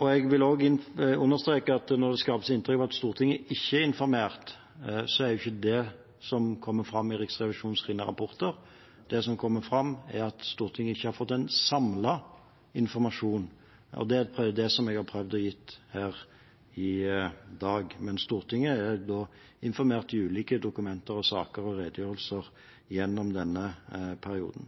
Jeg vil også understreke at når det skapes inntrykk av at Stortinget ikke er informert, er det ikke det som kommer fram i Riksrevisjonens rapporter. Det som kommer fram, er at Stortinget ikke har fått en samlet informasjon. Det er det jeg har prøvd å gi her i dag. Men Stortinget har blitt informert i ulike dokumenter, saker og redegjørelser gjennom denne perioden.